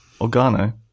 Organo